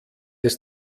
des